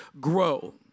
grow